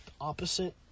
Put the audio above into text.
opposite